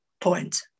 point